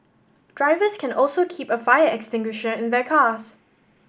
drivers can also keep a fire extinguisher in their cars